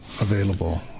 available